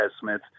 Smith